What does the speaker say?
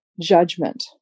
judgment